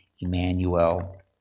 Emmanuel